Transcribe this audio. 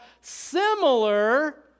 similar